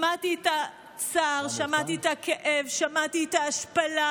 שמעתי את הצער, שמעתי את הכאב, שמעתי את ההשפלה,